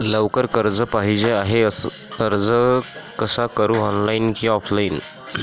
लवकर कर्ज पाहिजे आहे अर्ज कसा करु ऑनलाइन कि ऑफलाइन?